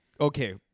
Okay